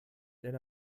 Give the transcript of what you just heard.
denn